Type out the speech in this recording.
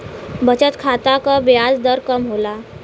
बचत खाता क ब्याज दर कम होला